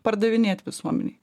pardavinėti visuomenei